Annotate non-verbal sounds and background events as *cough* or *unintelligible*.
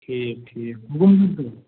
ٹھیٖک ٹھیٖک *unintelligible*